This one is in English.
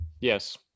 Yes